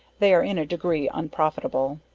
they are in a degree unprofitable.